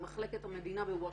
עם מחלקת המדינה בוושינגטון,